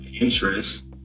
interest